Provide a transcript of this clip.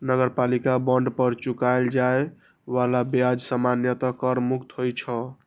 नगरपालिका बांड पर चुकाएल जाए बला ब्याज सामान्यतः कर मुक्त होइ छै